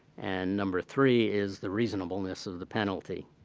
and number three is the reasonableness of the penalty.